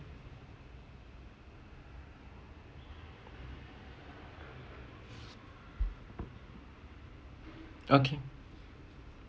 okay